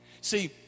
See